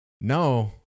no